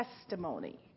testimony